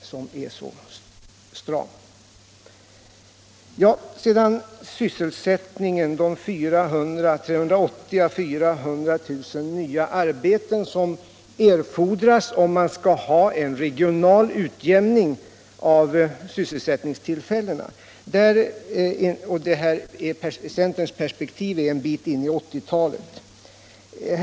Sedan till sysselsättningen och de 380 000 å 400 000 arbeten som erfordras om man skall kunna ha en regional utjämning av sysselsättningsfrekvensen. Detta är centerns perspektiv en bit in på 1980-talet.